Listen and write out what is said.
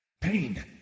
Pain